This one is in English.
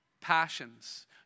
passions